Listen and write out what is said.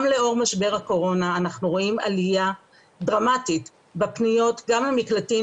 גם לאור משבר הקורונה אנחנו רואים עלייה דרמטית בפניות גם למקלטים